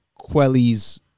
Quelly's